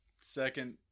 Second